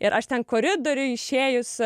ir aš ten koridoriuj išėjus